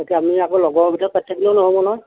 তাকে আমি আকৌ লগৰ ভিতৰত পাতি থাকিলেও নহ'ব নহয়